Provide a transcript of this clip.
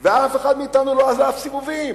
ואף אחד מאתנו לא עשה סיבובים.